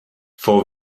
for